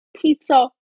Pizza